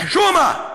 חשומה.